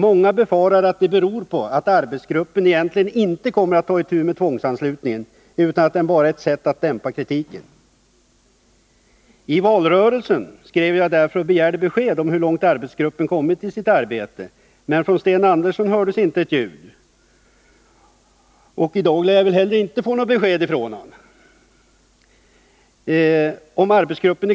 Många befarar att detta beror på att arbetsgruppen egentligen inte kommer att ta itu med tvångsanslutningen, utan att den bara är ett sätt att dämpa kritiken. I valrörelsen skrev jag och begärde besked om hur långt arbetsgruppen kommiti sitt arbete. Men från Sten Andersson hördes inte ett ljud. I dag lär vi inte heller få något besked från honom.